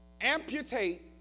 Amputate